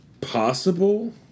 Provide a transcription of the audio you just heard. Possible